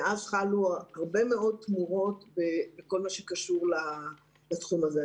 מאז חלו הרבה מאוד תמורות בכל הקשור לתחום הזה.